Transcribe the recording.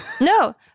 No